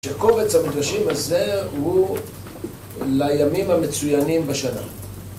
שקובץ המדרשים הזה הוא לימים המצוינים בשנה